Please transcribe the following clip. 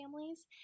families